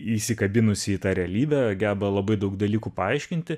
įsikabinusi į tą realybę geba labai daug dalykų paaiškinti